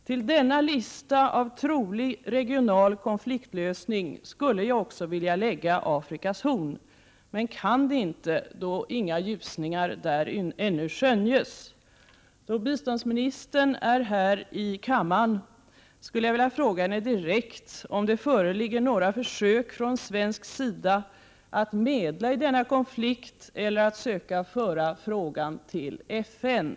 Till denna lista av trolig regional konfliktlösning skulle jag också vilja lägga Afrikas Horn, men kan det inte, då inga ljusningar där ännu skönjes. Då biståndsministern är här i kammaren skulle jag vilka fråga henne direkt om det föreligger några försök från svensk sida att medla i denna konflikt eller att söka föra frågan till FN.